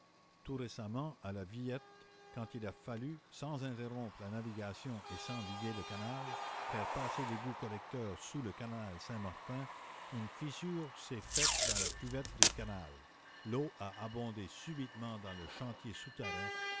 tout récemment à la villette quand il a fallu sans interrompre la navigation et sans vider le canal faire passer l'égout collecteur sous le canal saint-martin une fissure s'est faite dans la cuvette du canal l'eau a abondé subitement dans le chantier souterrain